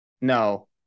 No